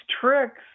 tricks